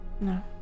No